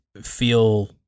feel